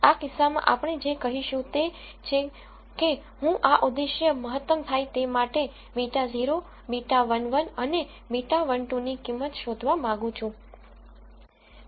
આ કિસ્સામાં આપણે જે કહીશું તે છે કે હું આ ઉદ્દેશ્ય મહત્તમ થાય તે માટે β0 β11 અને β12 ની કિંમત શોધવા માંગું છું